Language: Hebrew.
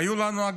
היו לנו,